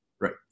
right